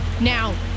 Now